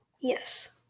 yes